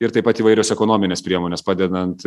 ir taip pat įvairios ekonominės priemonės padedant